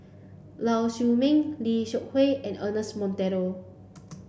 Lau Siew Mei Lim Seok Hui and Ernest Monteiro